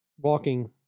walking